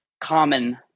common